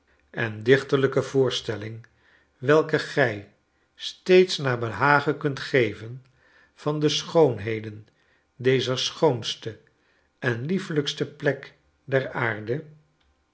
en dichterlijke voorstelling welke gij steeds naar behagen kunt geven van de schoonheden dezer schoonste en liefelijkste plek der aarde